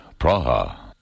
Praha